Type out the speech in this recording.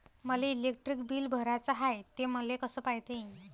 मले electric bill भराचं हाय, ते मले कस पायता येईन?